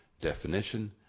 definition